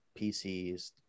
PCs